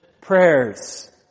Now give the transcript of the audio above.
prayers